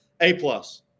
A-plus